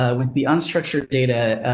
ah with the unstructured data. ah,